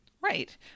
right